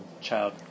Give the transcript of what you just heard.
child